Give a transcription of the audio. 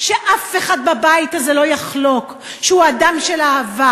שאף אחד בבית הזה לא יחלוק שהוא אדם של אהבה,